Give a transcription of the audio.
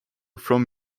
from